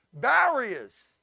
barriers